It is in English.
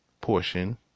portion